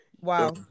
Wow